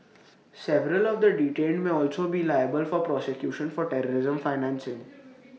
several of the detained may also be liable for prosecution for terrorism financing